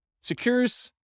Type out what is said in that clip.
secures